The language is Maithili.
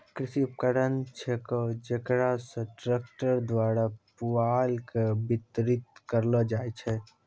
कृषि उपकरण छेकै जेकरा से ट्रक्टर द्वारा पुआल के बितरित करलो जाय छै